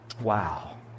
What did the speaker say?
Wow